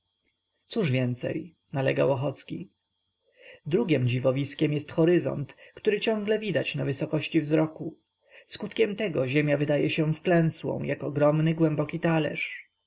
cóż więcej nalegał ochocki drugiem dziwowiskiem jest horyzont który ciągle widać na wysokości wzroku skutkiem tego ziemia wydaje się wklęsłą jak ogromny głęboki talerz